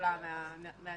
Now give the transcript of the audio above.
גדולה מהנהלים.